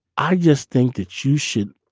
i just think that you should